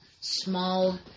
small